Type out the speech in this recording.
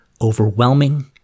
overwhelming